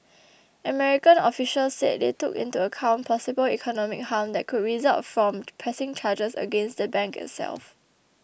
American officials said they took into account possible economic harm that could result from pressing charges against the bank itself